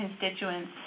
constituents